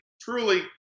truly